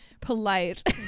polite